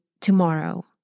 tomorrow